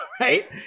right